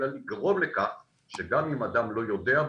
אלא לגרום לכך שגם אם אדם לא יודע,